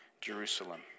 Jerusalem